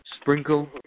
Sprinkle